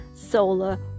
solar